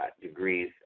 degrees